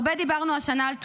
הרבה דיברנו השנה על תקומה,